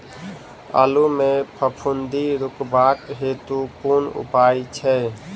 आलु मे फफूंदी रुकबाक हेतु कुन उपाय छै?